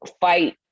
fight